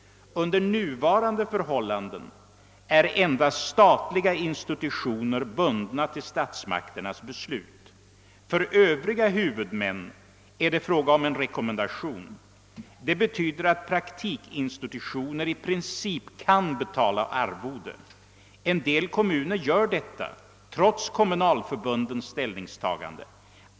Under nuvarande förhållanden är endast statliga institutioner hundna av statsmakternas beslut. För övriga huvudmän är det fråga om en rekommendation. Det betyder att praktikinstitutioner i princip kan betala arvode. En del kommuner gör detta, trots kommunförbundens «ställningstagande.